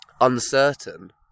uncertain